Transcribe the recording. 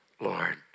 Lord